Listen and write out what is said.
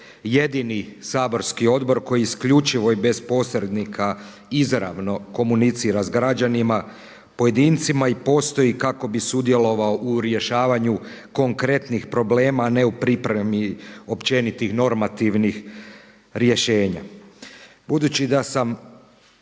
jedini saborski odbor koji isključivo i bez posrednika izravno komunicira sa građanima pojedincima i postoji kako bi sudjelovao u rješavanju konkretnih problema, a ne u pripremi općenitih normativnih rješenja. Budući da sam